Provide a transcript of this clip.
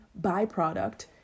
byproduct